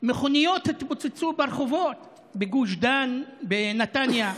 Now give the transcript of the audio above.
מכוניות התפוצצו ברחובות בגוש דן, בנתניה.